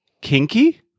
kinky